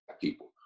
people